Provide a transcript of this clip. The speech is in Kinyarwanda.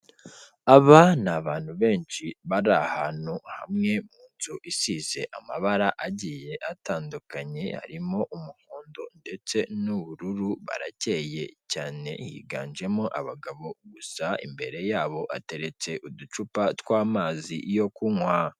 Aba ni abantu benshi bari ahantu hamwe muzu isize amabara agiye atandukanye, harimo umuhondo ndetse n'ubururu barakeye cyane higanjemo abagabo gusa, imbere yabo hateretse uducupa tw'amazi yo kunywa.